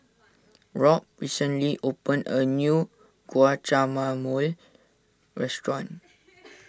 Robb recently opened a new Guacamole restaurant